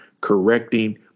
correcting